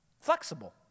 Flexible